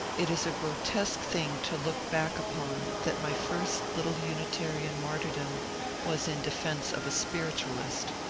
it is a grotesque thing to look back upon that my first little unitarian martyrdom was in defence of a spiritualist